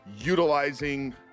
utilizing